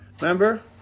Remember